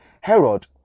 Herod